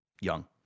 young